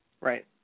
Right